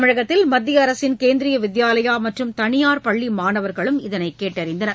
தமிழகத்தில் மத்திய அரசின் கேந்திரிய வித்யாலயா மற்றும் தனியார் பள்ளி மாணவர்களும் இதனை கேட்டறிந்தனர்